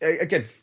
Again